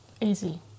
Easy